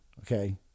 Okay